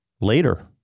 later